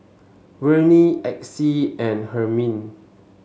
Verne Exie and Hermine